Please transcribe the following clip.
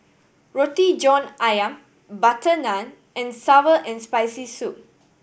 Roti John Ayam butter naan and sour and Spicy Soup